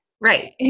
right